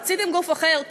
רציתם גוף אחר,